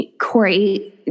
Corey